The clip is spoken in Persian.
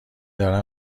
دارم